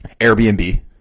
Airbnb